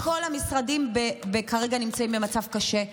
כי כל המשרדים כרגע נמצאים במצב קשה,